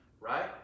Right